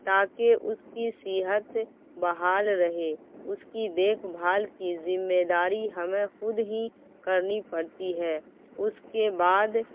تاکہ اس کی صحت بحال رہے اس کی دیکھ بھال کی ذمہ داری ہمیں خود ہی کرنی پڑتی ہے اس کے بعد